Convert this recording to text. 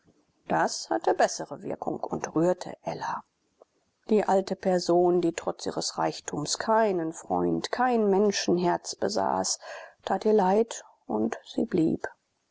das hatte bessere wirkung und rührte ella die alte person die trotz ihres reichtums keinen freund kein menschenherz besaß tat ihr leid und sie blieb